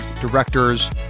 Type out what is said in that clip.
directors